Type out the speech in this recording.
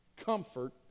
comfort